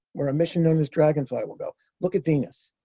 where a mission known as dragonfly will go. look at venus.